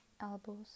elbows